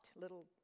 little